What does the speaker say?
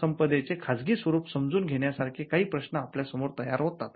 संपदेचे खाजगी स्वरूप समजून घेण्यासारखे काही प्रश्न आपल्या समोर तयार होतात